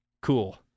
Cool